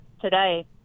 today